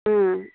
ওম